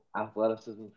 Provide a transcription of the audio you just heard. athleticism